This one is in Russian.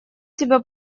тебя